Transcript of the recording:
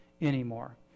anymore